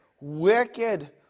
wicked